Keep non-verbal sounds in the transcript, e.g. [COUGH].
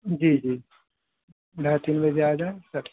جی جی ڈھائی تین بجے آ جائیں [UNINTELLIGIBLE]